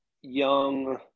young